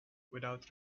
without